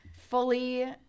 fully